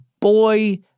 boy